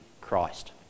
Christ